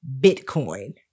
Bitcoin